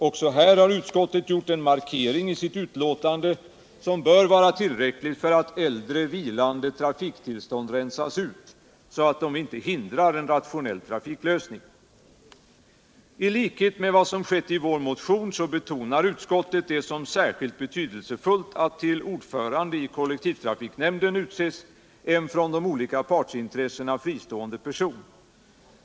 Också här har utskottet gjort en markering i sitt betänkande, vilket bör vara tillräckligt för att äldre vilande trafiktillstånd rensas ut, så att de inte hindrar en rationell trafiklösning. I likhet med vad vi gjort i vår motion betonar utskottet det som särskilt betydelsefullt att till ordförande i kollektivtrafiknämnden utses en från de olika partsintressena fristående person.